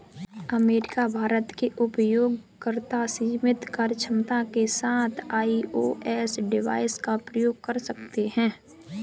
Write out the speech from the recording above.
America, Bharat के उपयोगकर्ता सीमित कार्यक्षमता के साथ आई.ओ.एस डिवाइस का उपयोग कर सकते हैं